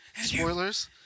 Spoilers